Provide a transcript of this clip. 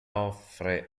offre